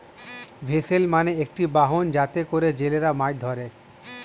vessel মানে একটি বাহন যাতে করে জেলেরা মাছ ধরে